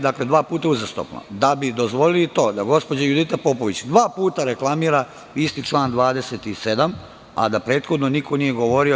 Dakle, dva puta uzastopno, da bi dozvolili to da gospođa Judita Popović dva puta reklamira isti član 27, a da prethodno niko nije govorio.